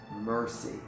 mercy